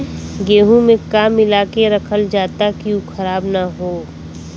गेहूँ में का मिलाके रखल जाता कि उ खराब न हो?